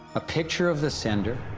a picture of the sender,